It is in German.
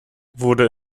wurde